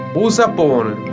Busapone